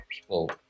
people